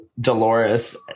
Dolores